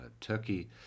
Turkey